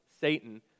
Satan